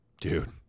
Dude